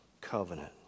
covenant